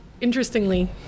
interestingly